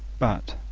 but,